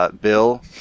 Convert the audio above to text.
Bill